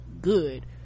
good